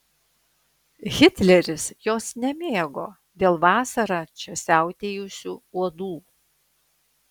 hitleris jos nemėgo dėl vasarą čia siautėjusių uodų